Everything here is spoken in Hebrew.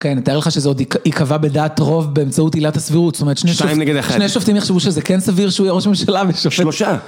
כן, נתאר לך שזה עוד ייקבע בדעת רוב באמצעות עילת הסבירות. זאת אומרת שני שופטים יחשבו שזה כן סביר שהוא יהיה ראש ממשלה ושופט.שלושה